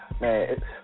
man